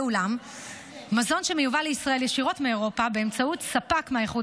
ואולם מזון שמיובא לישראל ישירות מאירופה באמצעות ספק מהאיחוד